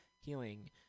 healing